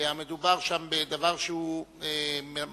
המדובר שם בדבר שהוא מצריך